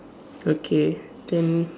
okay then